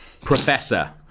Professor